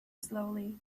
slowly